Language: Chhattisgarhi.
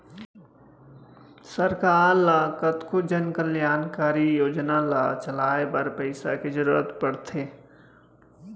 सरकार ल कतको जनकल्यानकारी योजना ल चलाए बर पइसा के जरुरत पड़थे